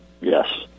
Yes